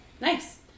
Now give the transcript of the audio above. nice